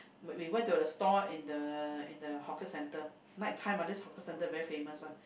we went to the stall in the in the hawker centre night time ah this hawker centre very famous one